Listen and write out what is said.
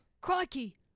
Crikey